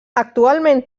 actualment